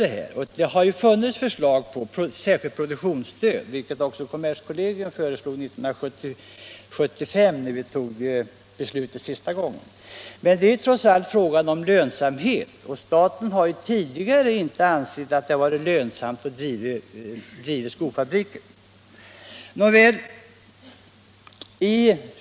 Det har funnits förslag om ett särskilt pro —EL — duktionsstöd — kommerskollegium föreslog ett sådant 1975. Men det Försörjningsberedär ju trots allt fråga om lönsamhet, och staten har tidigare inte ansett — skapen på skoomdet vara lönsamt att driva skofabriker.